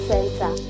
Center